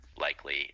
likely